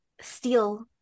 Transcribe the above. steal